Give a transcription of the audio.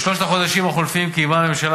בשלושת החודשים החולפים קיימה הממשלה